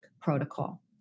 protocol